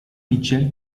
mitchell